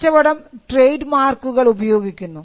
കച്ചവടം ട്രേഡ് മാർക്കുകൾ ഉപയോഗിക്കുന്നു